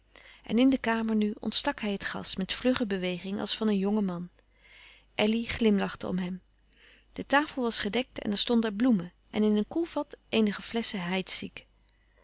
en in de kamer nu ontstak hij het gas met vlugge beweging als van een jongen man elly glimlachte om hem de tafel was gedekt en er stonden bloemen en in een koelvat eenige flesschen